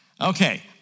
Okay